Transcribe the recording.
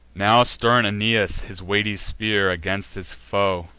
now stern aeneas his weighty spear against his foe,